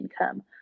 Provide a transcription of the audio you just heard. income